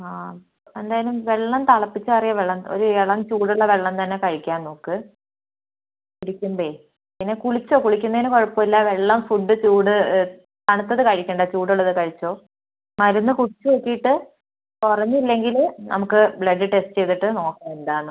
അ എന്തായാലും വെള്ളം തിളപ്പിച്ചാറിയ വെള്ളം ഒരു ഇളം ചൂടുള്ള വെള്ളം തന്നെ കഴിക്കാൻ നോക്ക് കുടിക്കുമ്പോൾ പിന്നെ കുളിച്ചോ കുളിക്കുന്നതിന് കുഴപ്പം ഒന്നുമില്ല വെള്ളം ഫുഡ് ചൂട് തണുത്തത് കഴിക്കണ്ട ചൂടുള്ളത് കഴിച്ചോ മരുന്ന് കുടിച്ച് നോക്കിയിട്ട് കുറഞ്ഞില്ലെങ്കിൽ നമുക്ക് ബ്ലഡ് ടെസ്റ്റ് ചെയ്തിട്ട് നോക്കാം എന്താണെന്ന്